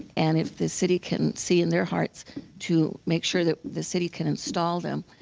and if the city can see in their hearts to make sure that the city can install them,